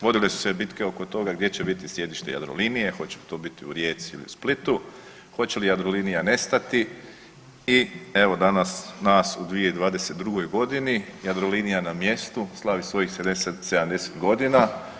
Vodile su se bitke oko toga gdje će biti sjedište Jadrolinije, hoće to biti u Rijeci ili Splitu, hoće li Jadrolinija nestati i evo danas nas u 2022.g. Jadrolinija na mjestu, slavi svojih 70.g.